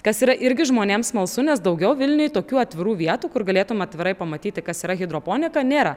kas yra irgi žmonėms smalsu nes daugiau vilniuj tokių atvirų vietų kur galėtum atvirai pamatyti kas yra hidroponika nėra